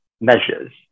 measures